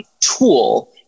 tool